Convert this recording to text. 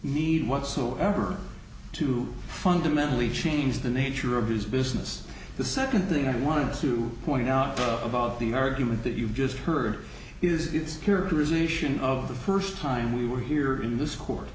need whatsoever to fundamentally change the nature of his business the second thing i want to point out about the argument that you've just herd is its curator ization of the first time we were here in this court